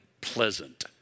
pleasant